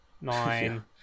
nine